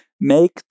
make